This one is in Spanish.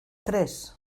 tres